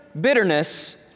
bitterness